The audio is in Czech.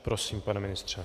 Prosím, pane ministře.